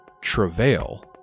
Travail